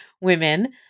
women